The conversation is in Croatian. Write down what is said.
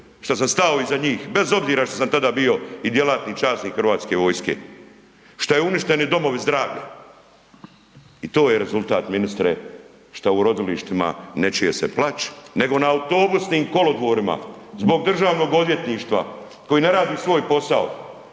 šta sam stao iza njih bez obzira što sam tada bio i djelatni časnik Hrvatske vojske, što je uništeni domovi zdravlja. I to je rezultat, ministre, što je u rodilištima ne čuje se plač nego na autobusnim kolodvorima, zbog DORH-a koji ne radi svoj posao.